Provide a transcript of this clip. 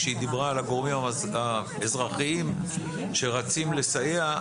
כשהיא דיברה על הגורמים האזרחיים שרצים לסייע,